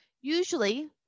usually